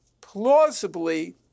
plausibly